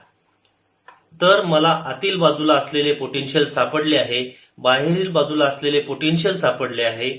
Vrr2ρdr0rr≥r rρdr0r≤r तर मला आतील बाजूला असलेले पोटेन्शियल सापडले आहे बाहेरील बाजूला असलेले पोटेन्शियल सापडले आहे